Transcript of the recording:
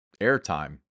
airtime